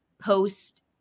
post